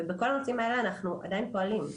ובכל הנושאים האלה אנחנו עדיין פועלים.